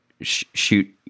shoot